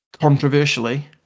controversially